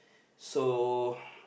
so